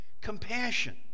compassion